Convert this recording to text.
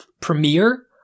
Premiere